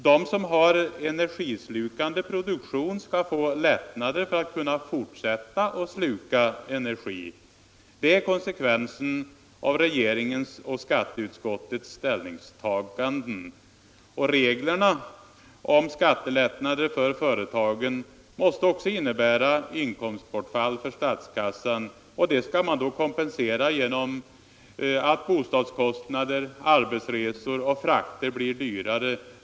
De som har energislukande produktion skall få lättnader för att kunna fortsätta att sluka energi — det är konsekvensen av regeringens och skatteutskottets ställningstaganden. Reglerna om skattelättnader för företagen måste också innebära inkomstbortfall för statskassan. Det skall man då kompensera genom att bostadskostnader, arbetsresor och frakter blir dyrare.